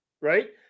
right